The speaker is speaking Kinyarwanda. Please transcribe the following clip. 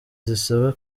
zisaba